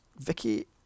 Vicky